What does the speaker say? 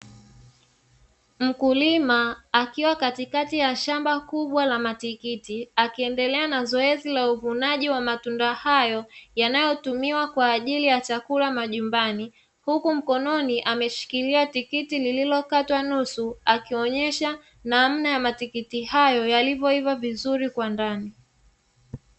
Mkulima akiwa katikati ya shamba kubwa la matikiti, akiendelea na zoezi la uvunaji wa matunda hayo yanayotumiwa kwa ajili ya chakula majumbani huku mkononi ameshikilia tikiti lililokatwa nusu akionyesha namna ya matikiti hayo yalivyoiva vizuri kwa ndani.